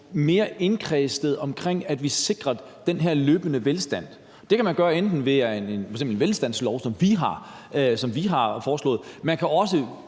nærmere indkredset, hvordan vi sikrer den her løbende velstand. Man kan gøre det ved at vedtage en velstandslov, som er det, vi har foreslået. Man kan også